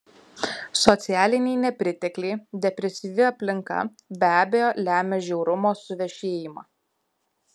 socialiniai nepritekliai depresyvi aplinka be abejo lemia žiaurumo suvešėjimą